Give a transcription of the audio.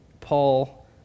Paul